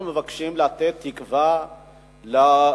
אנחנו מבקשים לתת תקווה לחברות